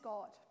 God